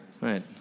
Right